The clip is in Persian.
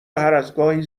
هرازگاهی